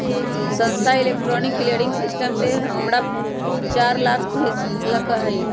संध्या electronic clearing system से हमरा चार लाख भेज लकई ह